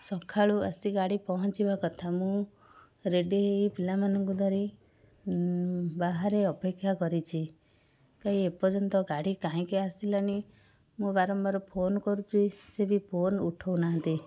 ସକାଳୁ ଆସି ଗାଡ଼ି ପହଞ୍ଚିବା କଥା ମୁଁ ରେଡ଼ି ପିଲାମାନଙ୍କୁ ଧରି ବାହାରେ ଅପେକ୍ଷା କରିଛି କାଇଁ ଏପର୍ଯ୍ୟନ୍ତ ଗାଡ଼ି କାହିଁକି ଆସିଲାନି ମୁଁ ବାରମ୍ବାର ଫୋନ କରୁଛି ସେ ବି ଫୋନ ଉଠଉ ନାହାଁନ୍ତି